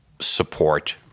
support